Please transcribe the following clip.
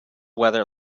weather